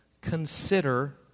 Consider